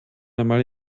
einmal